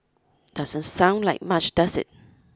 doesn't sound like much does it